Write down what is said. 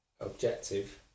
objective